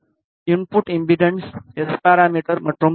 input impedance S parameter மற்றும் we